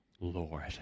Lord